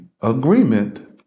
agreement